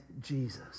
Jesus